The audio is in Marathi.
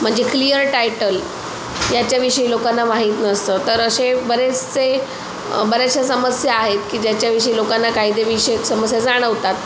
म्हणजे क्लिअर टायटल याच्याविषयी लोकांना माहीत नसतं तर असे बरेचसे बऱ्याचशा समस्या आहेत की ज्याच्याविषयी लोकांना कायदेविषयक समस्या जाणवतात